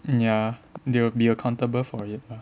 ya they will be accountable for it lah